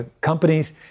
companies